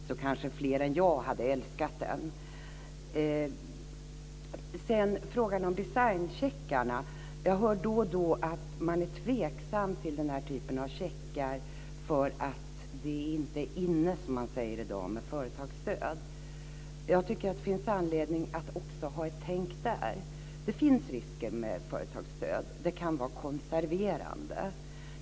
Då hade kanske fler än jag älskat deras telefoner. Vad gäller frågan om designcheckarna vill jag säga att jag då och då hör att man är tveksam till denna typ av checkar för att det inte är inne, som man säger i dag, med företagsstöd. Jag tycker att det finns anledning att också ha ett "tänk" där. Det finns risker med företagsstöd. Det kan vara konserverande.